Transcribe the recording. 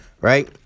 Right